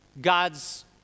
God's